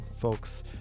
folks